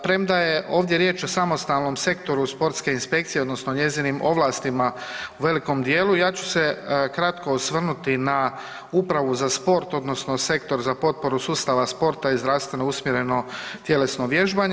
Premda je ovdje riječ o samostalnom sektoru sportske inspekcije odnosno njezinim ovlastima u velikom dijelu ja ću se kratko osvrnuti na upravu za sport odnosno sektor za potporu sustava sporta i zdravstveno usmjereno tjelesno vježbanje.